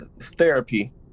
therapy